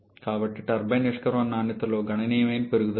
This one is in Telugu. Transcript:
కాబట్టి టర్బైన్ నిష్క్రమణ నాణ్యతలో గణనీయమైన పెరుగుదల ఉంది